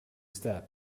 step